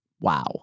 wow